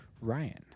Ryan